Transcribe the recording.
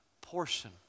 portion